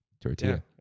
tortilla